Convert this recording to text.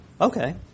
okay